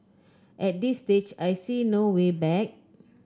at this stage I see no way back